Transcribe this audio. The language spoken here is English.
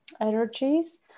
energies